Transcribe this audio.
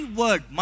word